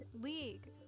league